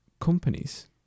companies